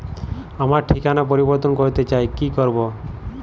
আমার ঠিকানা পরিবর্তন করতে চাই কী করব?